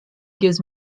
gives